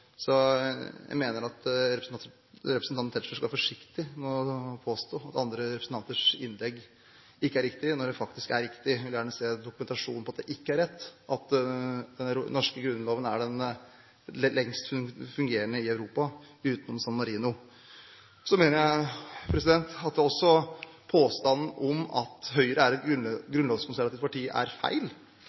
Så jeg mener representanten Tetzschner skal være forsiktig med å påstå at andre representanters innlegg ikke er riktig når det man sier, faktisk er riktig. Jeg vil gjerne se dokumentasjon på at det ikke er rett at den norske grunnloven er den lengst fungerende i Europa utenom San Marino. Jeg mener at også påstanden om at Høyre er et grunnlovskonservativt parti, er feil,